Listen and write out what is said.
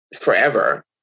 forever